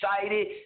excited